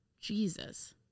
Jesus